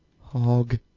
Hog